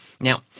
now